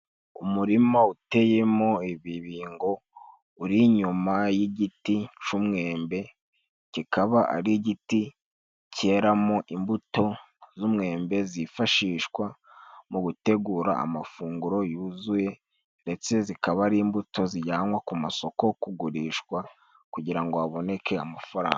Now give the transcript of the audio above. Umurima uteyemo ibibingo uri inyuma y'igiti cy'umwembe. Kikaba ari igiti cyeramo imbuto z'umwembe, zifashishwa mu gutegura amafunguro yuzuye. Ndetse zikaba ari imbuto zijyanwa ku masoko kugurishwa kugira ngo haboneke amafaranga.